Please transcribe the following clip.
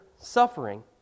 suffering